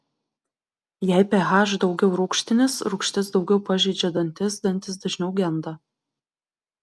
jei ph daugiau rūgštinis rūgštis daugiau pažeidžia dantis dantys dažniau genda